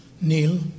Neil